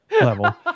level